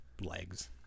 legs